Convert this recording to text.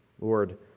Lord